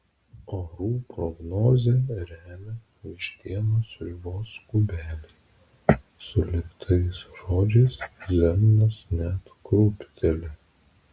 orų prognozę remia vištienos sriubos kubeliai sulig tais žodžiais zenonas net krūpteli